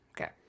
okay